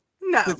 No